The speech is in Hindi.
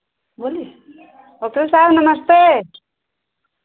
बोली वकील साहब नमस्ते